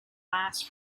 lasts